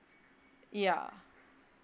ya